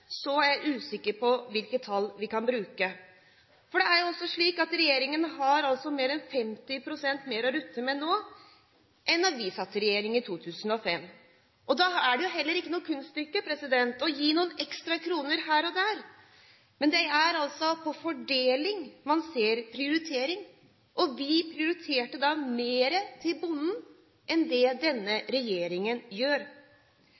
er jeg usikker på hvilke tall vi kan bruke. Det er også slik at regjeringen har mer enn 50 pst. mer å rutte med nå enn da vi satt i regjering i 2005. Da er det heller ikke noe kunststykke å gi noen ekstra kroner her og der. Men det er altså på fordelingen man ser prioriteringen. Vi prioriterte mer til bonden enn det denne regjeringen gjør.